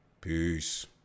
Peace